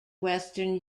western